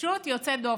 פשוט יוצא דופן.